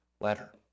letter